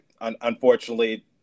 unfortunately